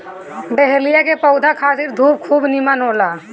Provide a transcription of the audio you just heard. dahlia के पौधा खातिर धूप खूब निमन होला